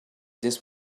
this